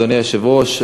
אדוני היושב-ראש,